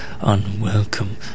unwelcome